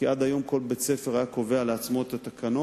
כי עד היום כל בית-ספר היה קובע לעצמו את התקנון,